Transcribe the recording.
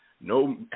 no